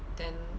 then